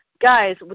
guys